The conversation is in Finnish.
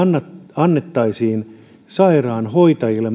annettaisiin sairaanhoitajille